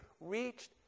reached